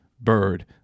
bird